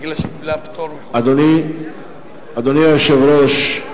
אדוני היושב-ראש,